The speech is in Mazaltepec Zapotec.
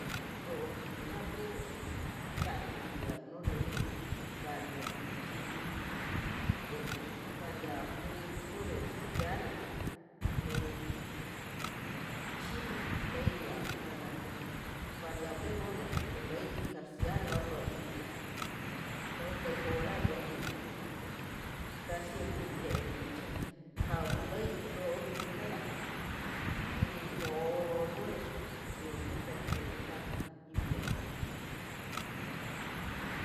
Rodi la runex tian tlan invierno ri ganan chin dex variablex gonex sial ne chin leya ka variable runlex toleblix karsiale lo dodlex la lo de goran loi karsiake xie kawi loi rodi lak lei rroi rruners mieti perjudicar ma invierno.